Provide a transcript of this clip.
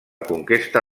conquesta